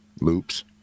Loops